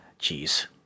Jeez